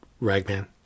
Ragman